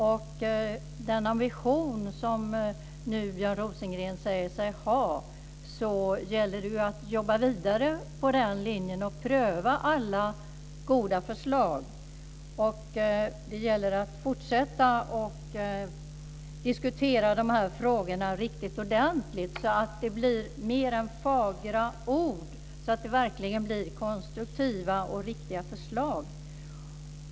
Med den ambition som nu Björn Rosengren säger sig ha så gäller det ju att jobba vidare på den här linjen och pröva alla goda förslag. Det gäller att fortsätta att diskutera de här frågorna riktigt ordentligt, så att det blir mer än fagra ord och så att det verkligen blir konstruktiva och riktiga förslag.